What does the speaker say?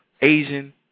Asian